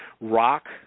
Rock